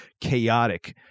chaotic